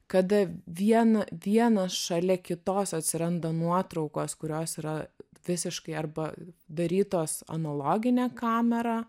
kada vieną dieną šalia kitos atsiranda nuotraukos kurios yra visiškai arba darytos analogine kamera